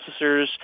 processors